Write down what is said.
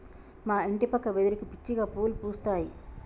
మా ఇంటి పక్క వెదురుకి పిచ్చిగా పువ్వులు పూస్తాయి